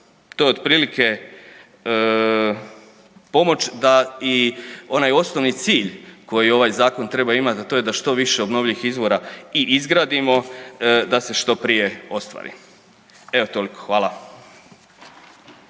To je otprilike pomoć da i onaj osnovi cilj koji ovaj zakon treba imati, a to je da što više obnovljivih izvora i izgradimo da se što prije ostvari. Evo toliko, hvala.